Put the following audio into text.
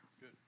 Good